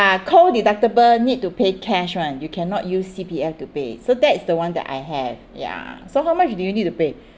uh co deductible need to pay cash one you cannot use C_P_F to pay so that is the one that I have yeah so how much do you need to pay